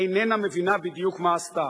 איננה מבינה בדיוק מה עשתה,